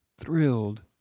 thrilled